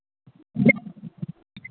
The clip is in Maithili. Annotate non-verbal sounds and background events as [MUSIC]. [UNINTELLIGIBLE]